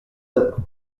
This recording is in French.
heures